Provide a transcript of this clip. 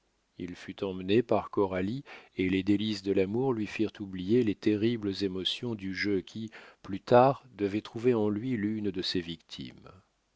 il fut emmené par coralie et les délices de l'amour lui firent oublier les terribles émotions du jeu qui plus tard devait trouver en lui une de ses victimes